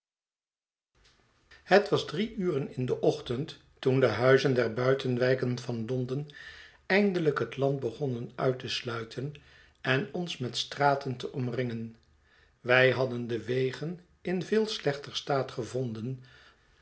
het was drie uren in den ochtend toen de huizen der buitenwijken van londen eindelijk het land begonnen uit te sluiten en ons met straten te omringen wij hadden de wegen in veel slechter staat gevonden